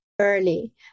early